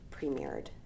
premiered